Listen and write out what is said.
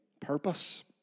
Purpose